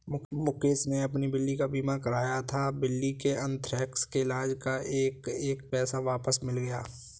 मुकेश ने अपनी बिल्ली का बीमा कराया था, बिल्ली के अन्थ्रेक्स के इलाज़ का एक एक पैसा वापस मिल गया